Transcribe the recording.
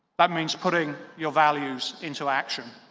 that means putting your values into action.